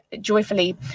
joyfully